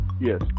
Yes